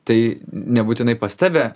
tai nebūtinai pas tave